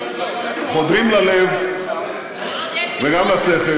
חודרים ללב וגם לשכל